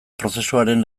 prozesuaren